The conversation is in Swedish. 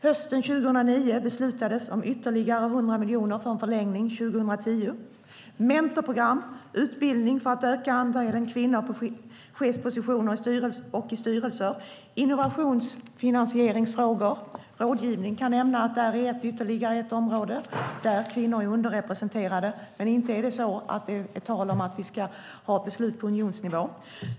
Hösten 2009 beslutades om ytterligare 100 miljoner för en förlängning 2010, mentorprogram, utbildning för att öka andelen kvinnor på chefspositioner och i styrelser. Innovationsfinansieringsfrågor och rådgivning kan jag nämna är ytterligare ett område där kvinnor är underrepresenterade, men inte är det så att det är tal om att vi ska ha beslut på unionsnivå.